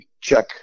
check